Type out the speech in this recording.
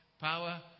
power